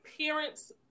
parents